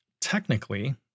technically